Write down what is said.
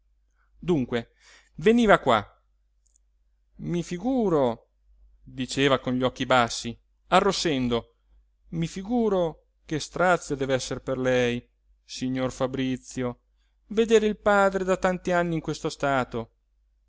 dunque veniva qua i figuro diceva con gli occhi bassi arrossendo mi figuro che strazio dev'esser per lei signor fabrizio vedere il padre da tanti anni in questo stato